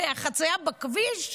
מהחציה בכביש?